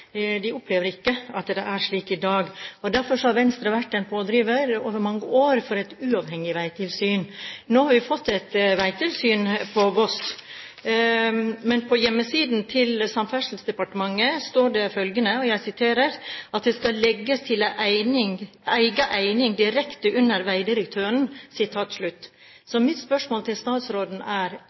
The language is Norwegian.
det er slik i dag. Derfor har Venstre vært en pådriver over mange år for et uavhengig vegtilsyn. Nå har vi fått et vegtilsyn på Voss, men på hjemmesidene til Samferdselsdepartementet står det følgende: «vert lagde til ei eiga eining direkte under vegdirektøren.» Så mitt spørsmål til statsråden er: